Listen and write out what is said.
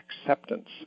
acceptance